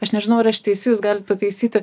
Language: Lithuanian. aš nežinau ar aš tiesi jūs galit pataisyti